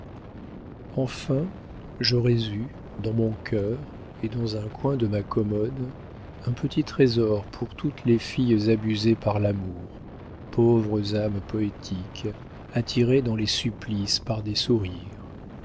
enfin j'aurais eu dans mon cœur et dans un coin de ma commode un petit trésor pour toutes les filles abusées par l'amour pauvres âmes poétiques attirées dans les supplices par des sourires